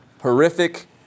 horrific